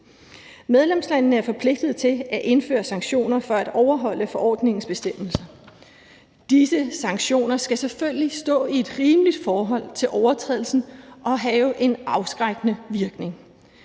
Medlemslandene er forpligtede til at indføre sanktioner for at overholde forordningens bestemmelser. Disse sanktioner skal selvfølgelig stå i et rimeligt forhold til overtrædelsen og have en afskrækkende virkning.